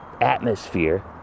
atmosphere